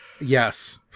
Yes